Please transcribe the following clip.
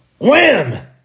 Wham